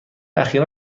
اخیرا